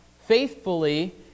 faithfully